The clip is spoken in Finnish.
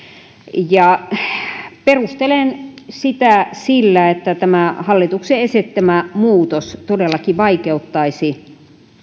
perustelen sitä sillä että tämä hallituksen esittämä muutos todellakin vaikeuttaisi